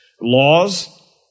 laws